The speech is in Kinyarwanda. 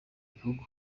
gihugu